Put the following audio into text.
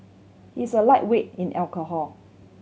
he is a lightweight in alcohol